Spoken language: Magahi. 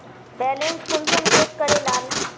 बैलेंस कुंसम चेक करे लाल?